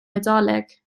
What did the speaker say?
nadolig